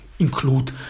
include